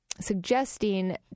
suggesting